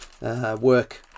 work